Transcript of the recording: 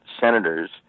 senators